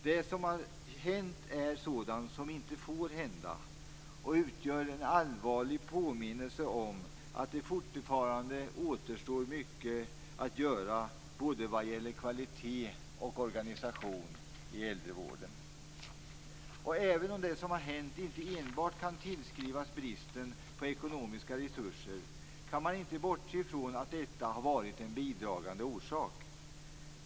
Det som har hänt är sådant som inte får hända och utgör en allvarlig påminnelse om att det fortfarande återstår mycket att göra både vad gäller kvalitet och organisation i äldrevården. Även om det som har hänt inte enbart kan tillskrivas bristen på ekonomiska resurser, kan man inte bortse ifrån att detta har varit en bidragande orsak.